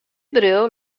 bedriuw